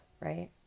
Right